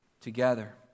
together